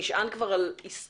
שנשען על היסטוריה.